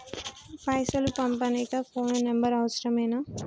పైసలు పంపనీకి phone number అవసరమేనా?